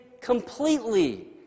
completely